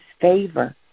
favor